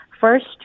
first